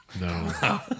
No